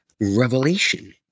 revelation